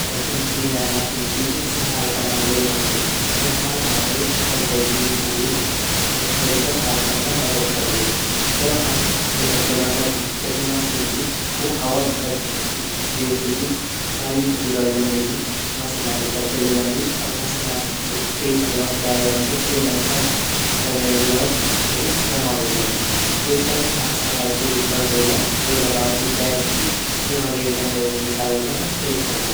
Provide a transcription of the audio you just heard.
Vacuum cleaner machine ची उ सफ़ाई कना ले वंदी या हमा घोरे गंदगी धूल यूँ सबू त साफ़ कन म मदद करदी जब हम येता चलोंदा छीन त जू मशीन ची ऊ हवा भीतर खिंचदी जैसे की सारी धूल सुर गंदगी मशीना भीतर चले जान्दी और मशीना पेथर योक बैग रोंदू वेमा यू सब गंदगी और धूल जमा वे ज़ान्दी फिर जनी हम सफ़ाई पूरी कर ड्यौला वेगा बाद जू बैग ची वेमा गे गंदगी निकाली के हम फेंक सकदा।